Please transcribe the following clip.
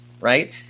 right